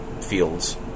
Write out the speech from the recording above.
fields